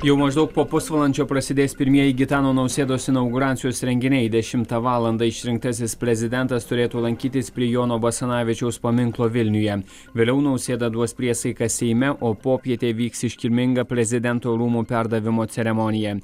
jau maždaug po pusvalandžio prasidės pirmieji gitano nausėdos inauguracijos renginiai dešimtą valandą išrinktasis prezidentas turėtų lankytis prie jono basanavičiaus paminklo vilniuje vėliau nausėda duos priesaiką seime o popietę vyks iškilminga prezidento rūmų perdavimo ceremonija